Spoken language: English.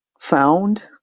found